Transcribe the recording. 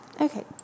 Okay